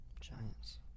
Giants